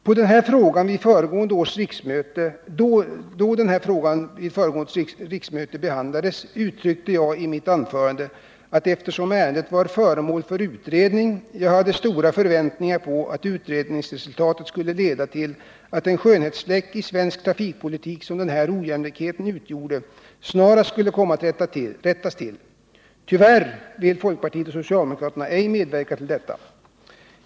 Då den här frågan behandlades vid föregående riksmöte sade jag i mitt anförande, att eftersom ärendet var föremål för utredning hade jag stora förväntningar på att utredningsresultatet skulle leda till att den skönhetsfläck i svensk trafikpolitik som den här ojämlikheten utgjorde snarast skulle komma att rättas till. Tyvärr vill folkpartiet och socialdemokraterna ej medverka till detta.